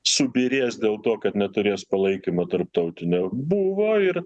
subyrės dėl to kad neturės palaikymo tarptautinio buvo ir